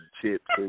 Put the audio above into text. chips